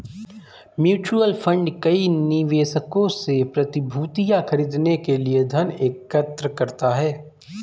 mutual fund कई निवेशकों से प्रतिभूतियां खरीदने के लिए धन एकत्र करता है